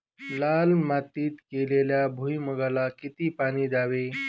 लाल मातीत केलेल्या भुईमूगाला किती पाणी द्यावे?